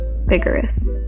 vigorous